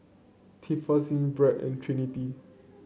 Tiffanie Brent and Trinity